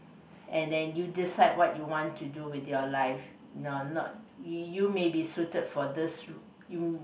and then you decide what you want to do with your life no not you may be suited for this sh~ you